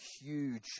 huge